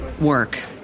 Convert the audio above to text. work